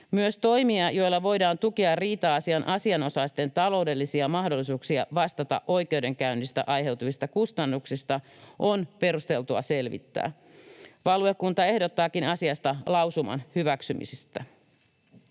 Myös toimia, joilla voidaan tukea riita-asian asianosaisten taloudellisia mahdollisuuksia vastata oikeudenkäynnistä aiheutuvista kustannuksista, on perusteltua selvittää. Valiokunta ehdottaakin lausuman hyväksymistä